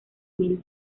mil